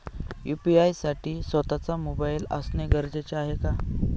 UPI साठी स्वत:चा mobile असणे गरजेचे आहे का?